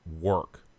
work